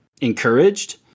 encouraged